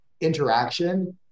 interaction